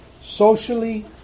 socially